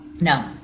No